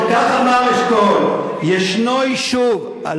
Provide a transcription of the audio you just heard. וכך אמר אשכול: "ישנו יישוב" על